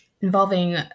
involving